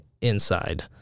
inside